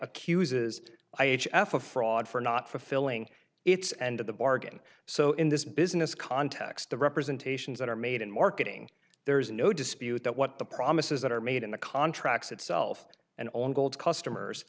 accuses i h f of fraud for not fulfilling its end of the bargain so in this business context the representations that are made in marketing there's no dispute that what the promises that are made in the contracts itself and gold customers